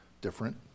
different